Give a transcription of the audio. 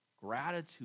Gratitude